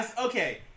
okay